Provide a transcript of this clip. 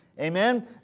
Amen